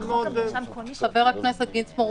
--- חבר הכנסת גינזבורג,